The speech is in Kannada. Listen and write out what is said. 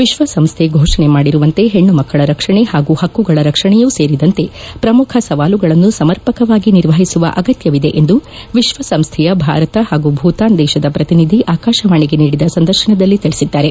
ವಿಶ್ವಸಂಸ್ದೆ ಘೋಷಣೆ ಮಾಡಿರುವಂತೆ ಪಣ್ಣುಮಕ್ಕಳ ರಕ್ಷಣೆ ಪಾಗೂ ಹಕ್ಕುಗಳ ರಕ್ಷಣೆಯೂ ಸೇರಿದಂತೆ ಪ್ರಮುಖ ಸವಾಲುಗಳನ್ನು ಸಮರ್ಪಕವಾಗಿ ನಿರ್ವಹಿಸುವ ಅಗತ್ಕವಿದೆ ಎಂದು ವಿಶ್ವ ಸಂಸ್ಥೆಯ ಭಾರತ ಹಾಗೂ ಭೂತಾನ್ ದೇಶದ ಪ್ರತಿನಿಧಿ ಆಕಾಶವಾಣಿಗೆ ನೀಡಿದ ಸಂದರ್ಶನದಲ್ಲಿ ತಿಳಿಸಿದ್ದಾರೆ